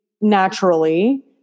naturally